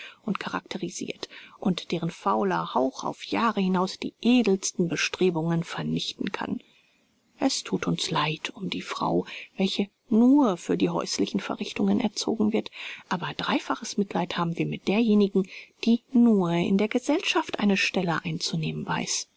und charakterisirt und deren fauler hauch auf jahre hinaus die edelsten bestrebungen vernichten kann es ist uns leid um die frau welche nur für die häuslichen verrichtungen erzogen wird aber dreifaches mitleid haben wir mit derjenigen die nur in der gesellschaft eine stelle einzunehmen weiß